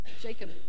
Jacob